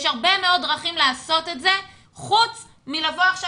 יש הרבה מאוד דרכים לעשות את זה חוץ מלבוא עכשיו